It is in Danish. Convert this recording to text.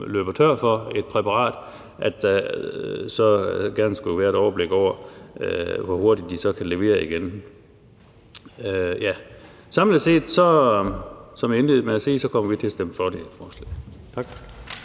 løber tør for et præparat, gerne skulle være et overblik over, hvor hurtigt de så kan levere igen. Samlet set kommer vi, som jeg indledte med at sige, til at stemme for det her forslag. Tak.